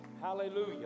Hallelujah